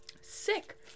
sick